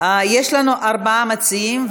יש לנו ארבעה מציעים,